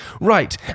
right